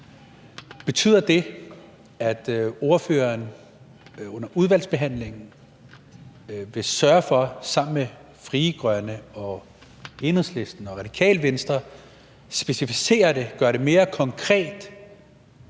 Betyder det, at ordføreren under udvalgsbehandlingen vil sørge for sammen med Frie Grønne, Enhedslisten og Radikale Venstre at specificere det, gøre det mere konkret,